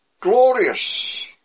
glorious